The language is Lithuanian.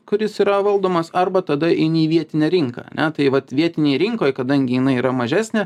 kuris yra valdomas arba tada eini į vietinę rinką ane tai vat vietinėj rinkoj kadangi jinai yra mažesnė